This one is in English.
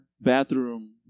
bathroom